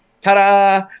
ta-da